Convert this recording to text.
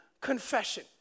confession